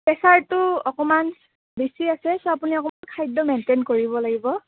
প্ৰেচাৰটো অকণমান বেছি আছে চ' আপুনি অকণমান খাদ্য মেইণ্টেইন কৰিব লাগিব